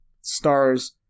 stars